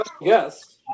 Yes